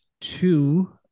two